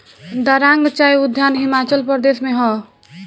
दारांग चाय उद्यान हिमाचल प्रदेश में हअ